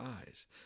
eyes